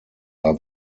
war